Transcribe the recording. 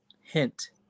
hint